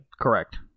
Correct